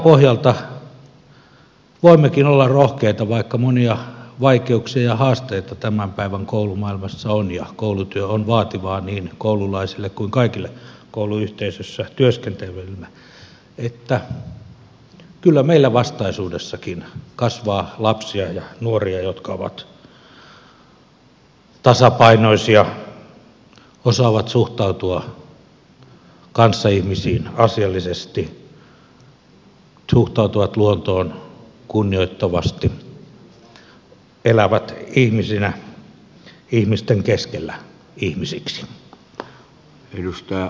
tältä pohjalta voimmekin olla rohkeita vaikka monia vaikeuksia ja haasteita tämän päivän koulumaailmassa on ja koulutyö on vaativaa niin koululaisille kuin kaikille kouluyhteisössä työskenteleville että kyllä meillä vastaisuudessakin kasvaa lapsia ja nuoria jotka ovat tasapainoisia osaavat suhtautua kanssaihmisiin asiallisesti suhtautuvat luontoon kunnioittavasti elävät ihmisinä ihmisten keskellä ihmisiksi